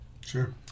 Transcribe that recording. Sure